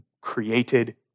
created